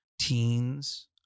teens